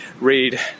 read